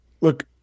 look